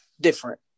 different